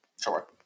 Sure